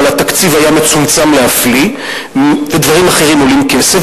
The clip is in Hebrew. אבל התקציב היה מצומצם להפליא ודברים אחרים עולים כסף.